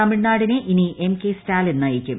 തമിഴ്നാടിനെ ഇനി എംകെ സ്റ്റാലിൻ നയിക്കും